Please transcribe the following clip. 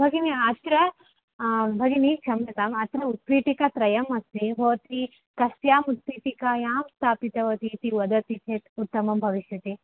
भगिनि अत्र भगिनी क्षम्यताम् अत्र उत्पीठिका त्रयम् अस्ति भवती कस्याम् उत्पीठिकायां स्थापितवतीति वदति चेत् उत्तमं भविष्यति